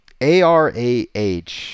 ARAH